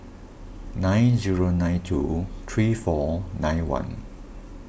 nine zero nine two three four nine one